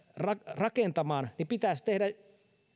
rakentamaan kannattaisi